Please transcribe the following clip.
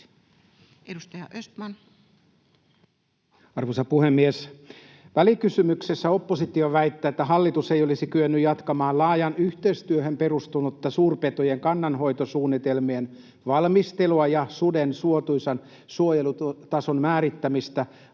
Content: Arvoisa puhemies! Välikysymyksessä oppositio väittää, että hallitus ei olisi kyennyt jatkamaan laajaan yhteistyöhön perustunutta suurpetojen kannanhoitosuunnitelmien valmistelua ja suden suotuisan suojelutason määrittämistä vaan